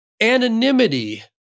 anonymity